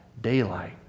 daylight